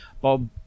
Bob